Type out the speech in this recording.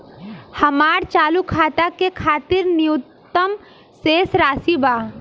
हमार चालू खाता के खातिर न्यूनतम शेष राशि का बा?